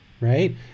right